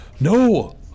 No